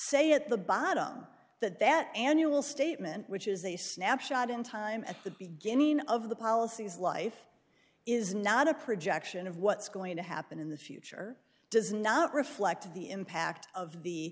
say at the bottom that that annual statement which is a snapshot in time at the beginning of the policies life is not a projection of what's going to happen in the future does not reflect the impact of the